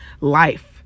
life